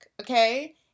okay